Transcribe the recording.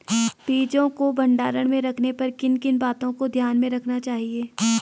बीजों को भंडारण में रखने पर किन किन बातों को ध्यान में रखना चाहिए?